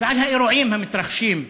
ועל האירועים המתרחשים,